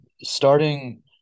starting